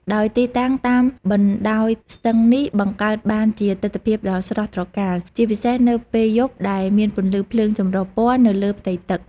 ដោយទីតាំងតាមបណ្តោយស្ទឹងនេះបង្កើតបានជាទិដ្ឋភាពដ៏ស្រស់ត្រកាល ជាពិសេសនៅពេលយប់ដែលមានពន្លឺភ្លើងចម្រុះពណ៌នៅលើផ្ទៃទឹក។